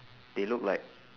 they look like